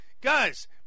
Guys